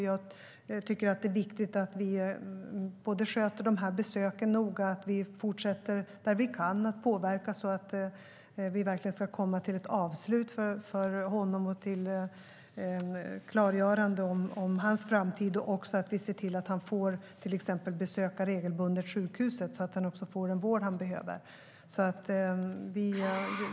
Jag tycker att det är viktigt att vi sköter besöken noga, att vi fortsätter att påverka där vi kan så att vi verkligen ska komma till ett avslut för honom och ett klargörande om hans framtid och att vi också ser till att han regelbundet får besöka sjukhuset så att han kan få den vård han behöver.